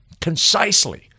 concisely